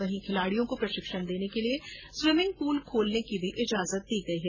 वहीं खिलाड़ियों को प्रशिक्षण देने के लिए स्वीमिंग पूल खोलने की भी इजाजत दी गई है